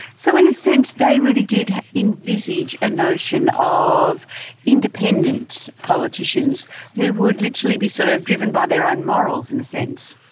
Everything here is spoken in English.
so in a sense they really did envisage a notion of independent politicians who would literally be sort of driven by their own morals, in a sense.